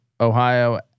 Ohio